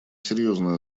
серьезную